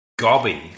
Gobby